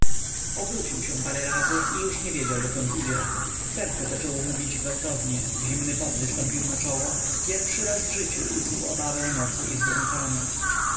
obrócił się parę razy i już nie wiedział dokąd idzie serce zaczęło mu bić gwałtownie zimny pot wystąpił na czoło pierwszy raz w życiu uczuł obawę nocy i